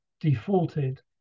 defaulted